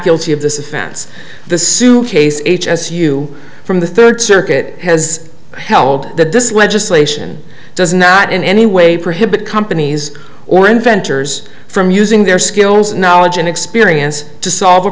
guilty of this offense the suitcase as you from the third circuit has held that this legislation does not in any way prohibit companies or inventors from using their skills knowledge and experience to solve a